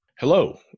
Hello